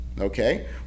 Okay